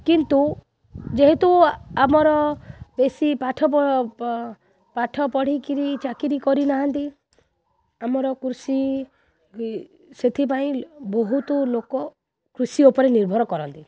କିନ୍ତୁ ଯେହେତୁ ଆମର ବେଶୀ ପାଠ ପାଠ ପଢ଼ିକରି ଚାକିରି କରିନାହାନ୍ତି ଆମର କୃଷି ସେଥିପାଇଁ ବହୁତ ଲୋକ କୃଷି ଉପରେ ନିର୍ଭର କରନ୍ତି